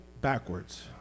backwards